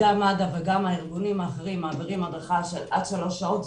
גם מד"א וגם הארגונים האחרים מעבירים הדרכה של עד שלוש שעות.